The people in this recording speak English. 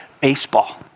baseball